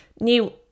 new